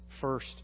first